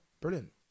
brilliant